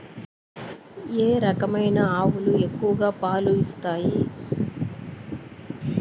ఏ రకమైన ఆవులు ఎక్కువగా పాలు ఇస్తాయి?